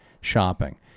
shopping